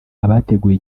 abateguye